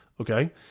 Okay